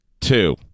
two